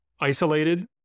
isolated